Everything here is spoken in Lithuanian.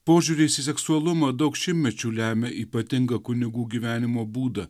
požiūris į seksualumą daug šimtmečių lemia ypatingą kunigų gyvenimo būdą